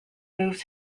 moved